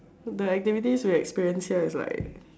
the activities we experience here is like